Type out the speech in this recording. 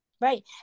Right